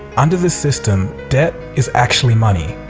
under this system, debt is actually money.